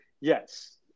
Yes